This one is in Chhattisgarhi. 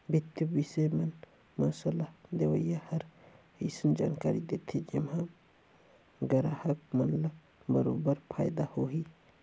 बित्तीय बिसय मन म सलाह देवइया हर अइसन जानकारी देथे जेम्हा गराहक मन ल बरोबर फायदा होही